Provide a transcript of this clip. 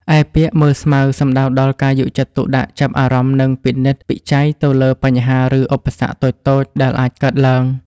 ឯពាក្យ មើលស្មៅ សំដៅដល់ការយកចិត្តទុកដាក់ ចាប់អារម្មណ៍ និងពិនិត្យពិច័យទៅលើ បញ្ហា ឬឧបសគ្គតូចៗ ដែលអាចកើតឡើង។